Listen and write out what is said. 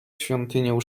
świątynię